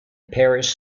parish